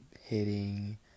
hitting